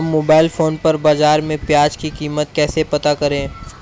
हम mobile phone पर बाज़ार में प्याज़ की कीमत कैसे पता करें?